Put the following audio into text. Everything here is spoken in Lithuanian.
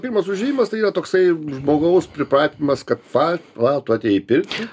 pirmas užėjimas tai yra toksai žmogaus pripratinimas kad va va tu atėjai į pirtį